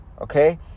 okay